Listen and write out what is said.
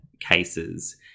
cases